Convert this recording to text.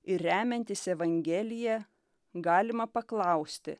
ir remiantis evangelija galima paklausti